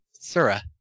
Sura